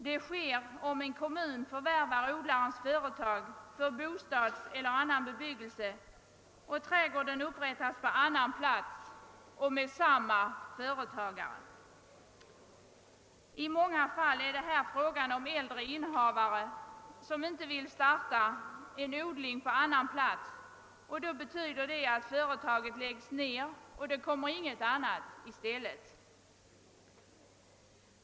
Det kan ske om en kommun förvärvar odlarens företag för bostadseller annan bebyggelse och trädgården då återupprättas på annan plats och med samma företagare. I många fall är det emellertid fråga om äldre innehavare, som inte vill starta en odling på annan plats. Det betyder alltså att företaget läggs ner och inget annat kommer 1i stället.